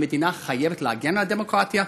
המדינה חייבת להגן על הדמוקרטיה,